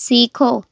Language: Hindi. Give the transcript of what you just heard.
सीखो